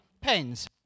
pens